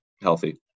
healthy